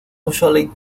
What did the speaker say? usually